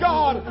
God